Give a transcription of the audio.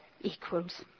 equals